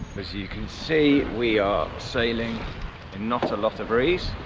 as you can see we are sailing and not a lot of breeze,